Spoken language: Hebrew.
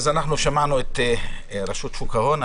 שמענו את רשות שוק ההון,